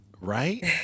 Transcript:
right